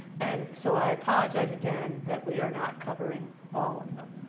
and so i apologize again that we are not covering all of them.